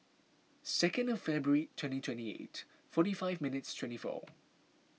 second Febuary twenty twenty eight forty five minutes twenty four